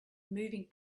moving